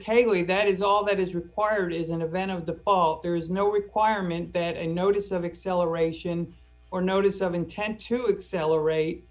peggotty that is all that is required is an event of the fault there is no requirement that a notice of acceleration or notice of intent to accelerate